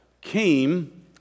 came